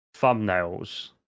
thumbnails